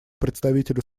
представителю